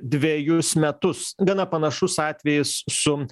dvejus metus gana panašus atvejis su